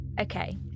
Okay